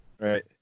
Right